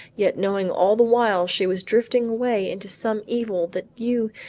yet knowing all the while she was drifting away into some evil that you,